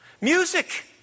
Music